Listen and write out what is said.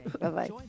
Bye-bye